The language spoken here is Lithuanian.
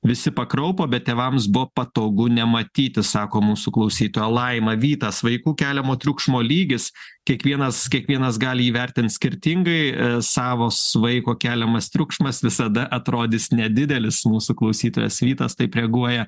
visi pakraupo bet tėvams buvo patogu nematyti sako mūsų klausytoja laima vytas vaikų keliamo triukšmo lygis kiekvienas kiekvienas gali įvertint skirtingai savas vaiko keliamas triukšmas visada atrodys nedidelis mūsų klausytojas vytas taip reaguoja